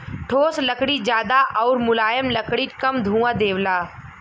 ठोस लकड़ी जादा आउर मुलायम लकड़ी कम धुंआ देवला